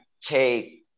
take